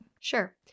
Sure